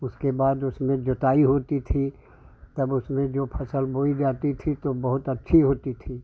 उसके बाद उसमें जोताई होती थी तब उसमें जो फ़सल बोई जाती थी तो बहुत अच्छी होती थी